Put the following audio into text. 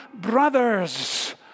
brothers